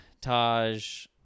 Taj